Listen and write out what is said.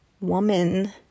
woman